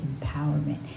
empowerment